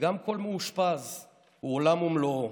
וגם כל מאושפז הוא עולם ומלואו.